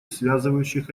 связывающих